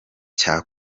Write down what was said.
cya